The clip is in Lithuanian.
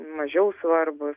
mažiau svarbūs